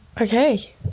okay